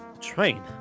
Train